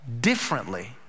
differently